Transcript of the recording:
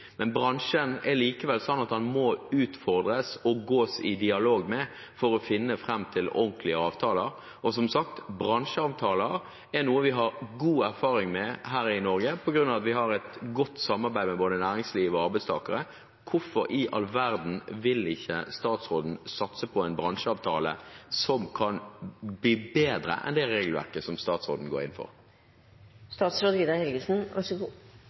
men bransjen er likevel slik at den må utfordres, og man må gå i dialog med den for å finne fram til ordentlige avtaler. Som sagt er bransjeavtaler noe vi har god erfaring med her i Norge, fordi vi har et godt samarbeid med både næringslivet og arbeidstakere. Hvorfor i all verden vil ikke statsråden satse på en bransjeavtale som kan bli bedre enn det regelverket som statsråden går inn for?